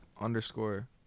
underscore